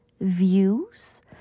views